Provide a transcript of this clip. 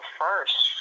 first